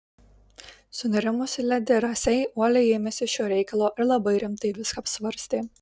sunerimusi ledi rasei uoliai ėmėsi šio reikalo ir labai rimtai viską apsvarstė